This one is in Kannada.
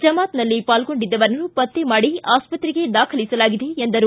ಜಮಾತ್ನಲ್ಲಿ ಪಾಲ್ಗೊಂಡಿದ್ದವರನ್ನು ಪತ್ತೆ ಮಾಡಿ ಆಸ್ಪತ್ರೆಗೆ ದಾಖಲಿಸಲಾಗಿದೆ ಎಂದರು